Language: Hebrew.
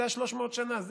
זה ה-300 שנה,